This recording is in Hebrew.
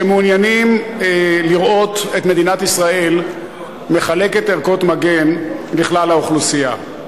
שמעוניינים לראות את מדינת ישראל מחלקת ערכות מגן לכלל האוכלוסייה.